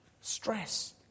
Stress